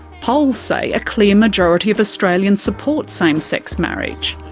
polls say a clear majority of australians support same-sex marriage.